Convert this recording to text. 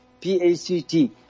P-A-C-T